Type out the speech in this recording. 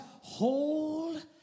hold